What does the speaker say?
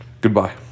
Goodbye